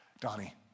Donnie